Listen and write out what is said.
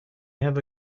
have